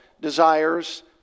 desires